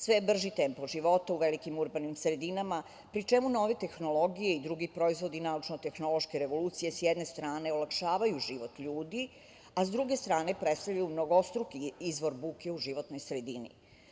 Sve je brži tempo života u velikim urbanim sredinama, pri čemu nove tehnologije i drugi proizvodi naučno-tehnološke revolucije sa jedne strane olakšavaju život ljudi, a sa druge strane predstavljaju mnogostruki izvor buke u životnoj sredini.